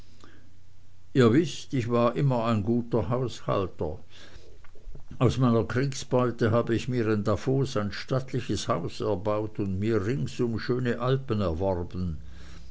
ihr wißt ich war immer ein guter haushalter aus meiner kriegsbeute habe ich mir in davos ein stattliches haus erbaut und mir ringsum schöne alpen erworben